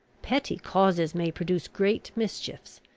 petty causes may produce great mischiefs.